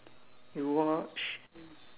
you watch